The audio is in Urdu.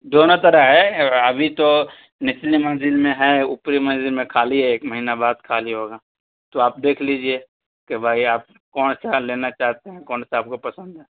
دونوں طرح ہے ابھی تو نچلی منزل میں ہے اوپری منزل میں خالی ہے ایک مہینہ بعد خالی ہوگا تو آپ دیکھ لیجیے کہ بھائی آپ کون سا لینا چاہتے ہیں کون سا آپ کو پسند ہے